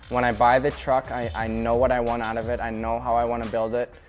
when i buy the truck, i know what i want out of it. i know how i want to build it.